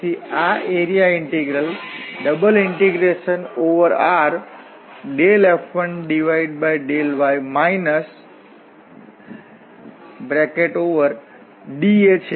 તેથી area integral ∬R F1∂ydA છે